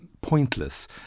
pointless